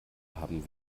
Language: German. haben